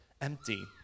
empty